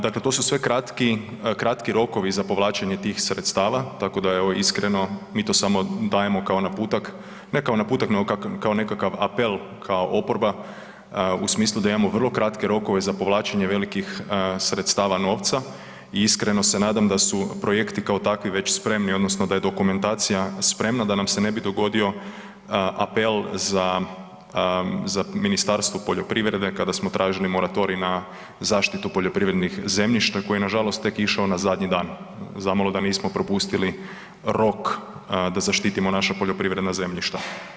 Dakle, to su sve kratki rokovi za povlačenje tih sredstava tako da evo, iskreno, mi to samo dajemo kao naputak, ne kao naputak nego kao nekakav apel kao oporba u smislu da imamo vrlo kratke rokove za povlačenje velikih sredstava novca i iskreno se nadam da su projekti kao takvi već spremni, odnosno da je dokumentacija spremna da nam se ne bi dogodio apel za Ministarstvo poljoprivrede kada smo tražili moratorij na zaštitu poljoprivrednih zemljišta, koji je nažalost tek išao na zadnji dan, zamalo da nismo propustili rok da zaštitimo naša poljoprivredna zemljišta.